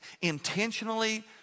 intentionally